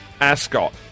Ascot